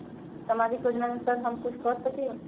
सामाजिक योजनानुसार हम कुछ कर सकील?